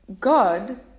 God